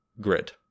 grid